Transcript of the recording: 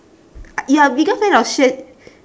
you're a bigger fan of xue